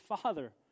Father